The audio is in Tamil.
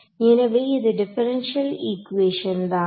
எனவே இது டிபரன்ஷியல் ஈக்குவேசன் தான்